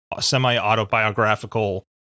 semi-autobiographical